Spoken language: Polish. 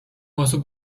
osób